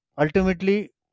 ultimately